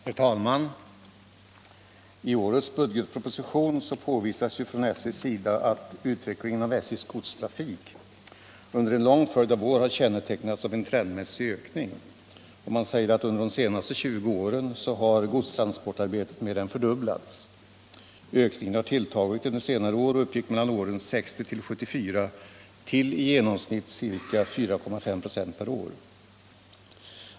Herr talman! I årets budgetproposition påvisas från SJ:s sida att utvecklingen av SJ:s godstrafik under en lång följd av år har kännetecknats av en trendmässig ökning. Under de senaste 20 åren har godstransportarbetet mer än fördubblats. Ökningen har tilltagit under senare år och uppgick mellan åren 1960 och 1974 till i genomsnitt cirka 4,5 96 per år.